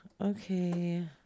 Okay